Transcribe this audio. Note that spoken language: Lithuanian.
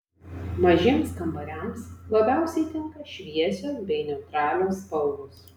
mažiems kambariams labiausiai tinka šviesios bei neutralios spalvos